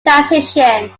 transition